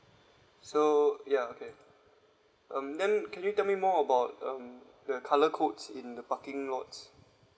so ya okay um then can you tell me more about um the colour codes in the parking lots